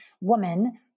woman